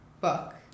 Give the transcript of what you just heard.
book